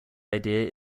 idea